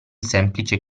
semplice